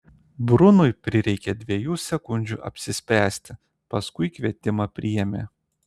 brunui prireikė dviejų sekundžių apsispręsti paskui kvietimą priėmė